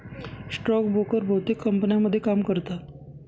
stock broker बहुतेक कंपन्यांमध्ये काम करतात